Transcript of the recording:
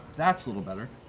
that's a little better.